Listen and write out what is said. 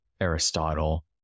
Aristotle